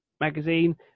magazine